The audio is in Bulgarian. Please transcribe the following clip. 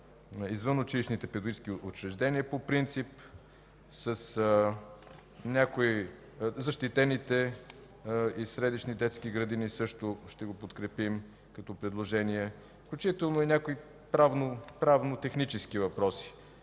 извънучилищните педагогически учреждения по принцип, със защитените и средищни детски градини също ще го подкрепим като предложение, включително и някои правно-технически въпроси